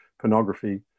pornography